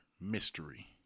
mystery